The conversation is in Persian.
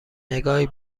نگاهی